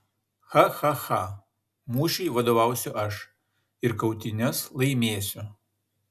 cha cha cha mūšiui vadovausiu aš ir kautynes laimėsiu